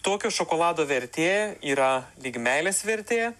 tokio šokolado vertė yra lyg meilės vertė